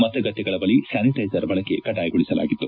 ಮತಗಟ್ಟೆಗಳ ಬಳಿ ಸ್ಲಾನಿಟ್ಟೆಸರ್ ಬಳಕೆ ಕಡ್ಡಾಯಗೊಳಿಸಲಾಗಿತ್ತು